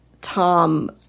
Tom